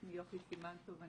שמי יוכי סימן טוב.